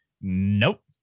Nope